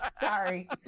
Sorry